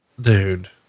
Dude